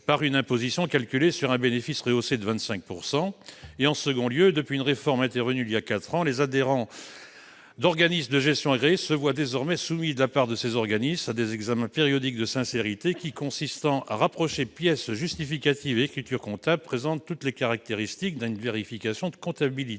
par une imposition calculée sur un bénéfice rehaussé de 25 %. D'autre part, depuis une réforme intervenue voilà quatre ans, les adhérents d'un organisme de gestion agréé se voient désormais soumis à des « examens périodiques de sincérité » consistant à rapprocher pièces justificatives et écritures comptables, ce qui présente toutes les caractéristiques d'une vérification de comptabilité.